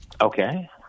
Okay